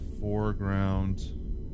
foreground